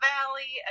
Valley